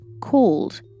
called